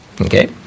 okay